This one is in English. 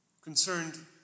concerned